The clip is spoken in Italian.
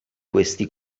questi